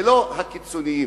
ולא הקיצונים,